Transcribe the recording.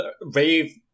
rave